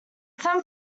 some